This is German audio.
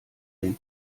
den